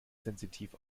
sensitiv